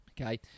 okay